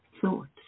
thoughts